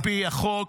-- על פי החוק.